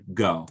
go